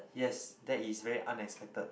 yes that is very unexpected